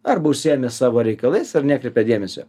arba užsiėmė savo reikalais ir nekreipia dėmesio